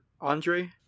Andre